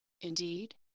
Indeed